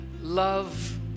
Love